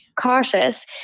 cautious